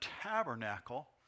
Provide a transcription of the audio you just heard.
tabernacle